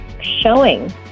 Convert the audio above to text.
showing